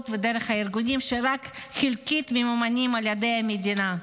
ודרך הארגונים שרק חלקית ממומנים על ידי המדינה.